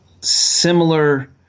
similar